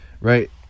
right